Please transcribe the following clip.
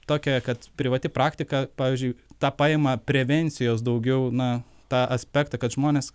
tokia kad privati praktika pavyzdžiui tą paima prevencijos daugiau na tą aspektą kad žmonės